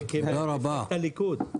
הוא ממפלגת הליכוד.